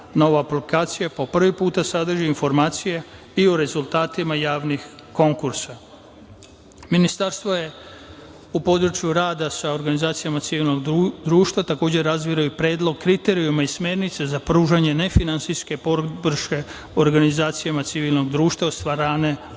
Nova aplikacija po prvi put sadrži informacije i o rezultatima javnih konkursa. Ministarstvo je u području rada sa organizacijama civilnog društva razvilo i predlog kriterijuma i smernica za pružanje ne finansijske podrške organizacijama civilnog društva od strane